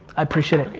i appreciate it.